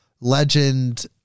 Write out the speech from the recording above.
legend